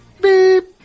Beep